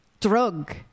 drug